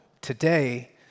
today